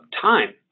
time